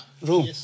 room